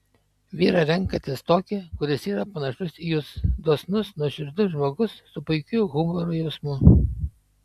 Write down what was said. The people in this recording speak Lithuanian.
vyrą renkatės tokį kuris yra panašus į jus dosnus nuoširdus žmogus su puikiu humoro jausmu